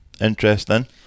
interesting